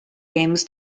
games